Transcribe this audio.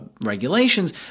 regulations